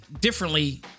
differently